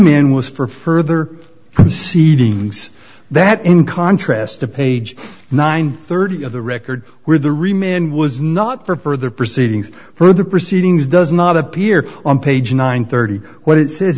remaining was for further proceedings that in contrast to page nine thirty of the record were the remained was not for further proceedings further proceedings does not appear on page nine thirty what it says